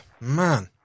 man